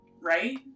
right